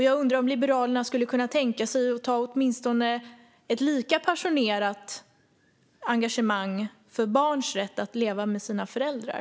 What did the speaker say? Jag undrar om Liberalerna skulle kunna tänka sig att visa ett lika passionerat engagemang för barns rätt att leva med sina föräldrar.